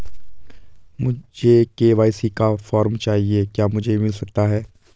मुझे के.वाई.सी का फॉर्म चाहिए क्या मुझे मिल सकता है?